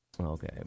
Okay